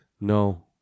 no